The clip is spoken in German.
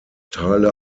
teile